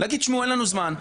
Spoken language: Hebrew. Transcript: להגיד תשמעו אין לנו זמן,